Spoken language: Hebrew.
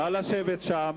נא לשבת שם.